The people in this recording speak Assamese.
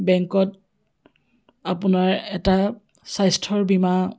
বেংকত আপোনাৰ এটা স্বাস্থ্যৰ বীমা